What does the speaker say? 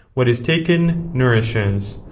what is taken nourishes.